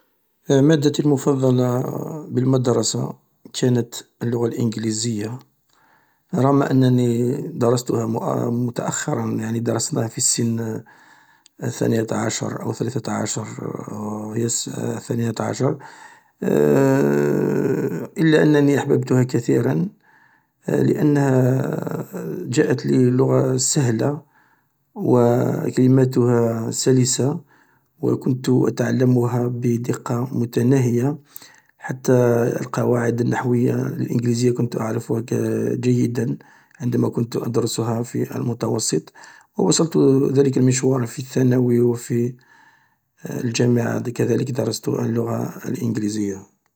مادتي المفضلة بالمدرسة كانت اللغة الإنجليزية رغم أنني درستها متأخرا يعني درسناها في السن الثانية عشر أو الثالثة عشر إلا أنني أحببتها كثيرا لأنها جاءتلي لغة سهلة و كلماتها سلسة و كنت أتعلمها بدقة متناهية حتى القواعد النحوية الإنجليزية كنت أعرفها جيدا عندما كنت أدرسها في المتوسط و واصلت ذلك المشوار في الثانوية و في الجامعة كذلك درست اللغة الإنجليزية.